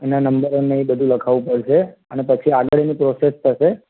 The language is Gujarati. એના નંબર અને એ બધું લખાવવું પડશે અને પછી આગળની પ્રોસેસ થશે